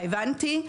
הבנתי.